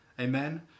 amen